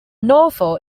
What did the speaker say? novel